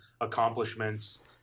accomplishments